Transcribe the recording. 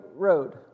road